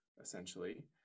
essentially